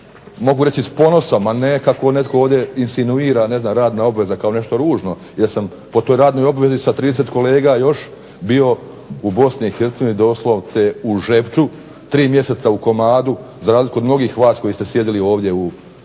mogu reći s ponosom, a ne kako netko ovdje insinuira ne znam radna obveza kao nešto ružno jer sam po toj radnoj obvezi sa 30 kolega još bio u BiH doslovce u Žepču 3 mjeseca u komadu za razliku od mnogih vas koji ste sjedili ovdje u